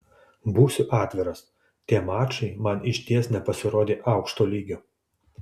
būsiu atviras tie mačai man išties nepasirodė aukšto lygio